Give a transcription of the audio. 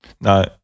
No